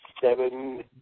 seven